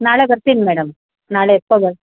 ನಾಳೆ ಬರ್ತಿನಿ ಮೇಡಮ್ ನಾಳೆ ಎತ್ಕೊ ಬರ್